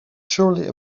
surely